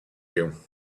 you